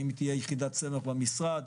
האם תהיה יחידת סמך במשרד?